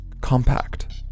compact